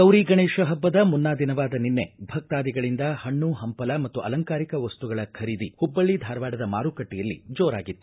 ಗೌರಿ ಗಣೇಶ ಹಬ್ಬದ ಮುನ್ನಾ ದಿನವಾದ ನಿನ್ನೆ ಭಕ್ತಾದಿಗಳಿಂದ ಪಣ್ಣ ಪಂಪಲ ಮತ್ತು ಅಲಂಕಾರಿಕ ಮಸ್ತುಗಳ ಖರೀದಿ ಹುಬ್ಬಳ್ಳಿ ಧಾರವಾಡದ ಮಾರುಕಟ್ಟೆಯಲ್ಲಿ ಜೋರಾಗಿತ್ತು